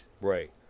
Right